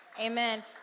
Amen